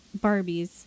Barbies